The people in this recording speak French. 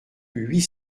huit